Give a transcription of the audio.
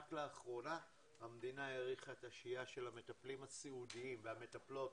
רק לאחרונה המדינה האריכה את השהייה של המטפלים הסיעודיים והמטפלות